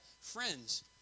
friends